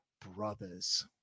brothers